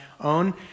own